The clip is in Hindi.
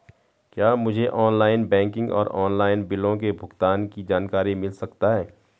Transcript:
क्या मुझे ऑनलाइन बैंकिंग और ऑनलाइन बिलों के भुगतान की जानकारी मिल सकता है?